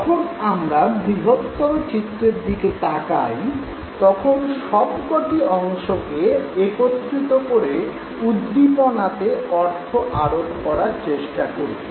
যখন আমরা বৃহত্তর চিত্রের দিকে তাকাই তখন সবক'টি অংশকে একত্রিত করে উদ্দীপনাতে অর্থ আরোপ করার চেষ্টা করি